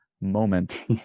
moment